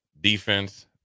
defense